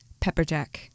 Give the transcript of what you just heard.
Pepperjack